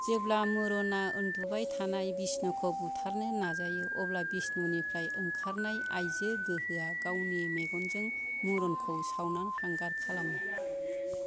जेब्ला मुरुना उन्दुबाय थानाय बिष्णुखौ बुथारनो नाजायो अब्ला बिष्णुनिफ्राय ओंखारनाय आइजो गोहोआ गावनि मेगनजों मुरुनखौ सावना हांगार खालामो